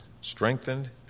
strengthened